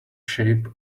shape